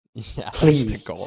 Please